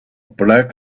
black